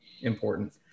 important